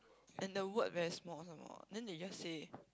and the word very small small then they just say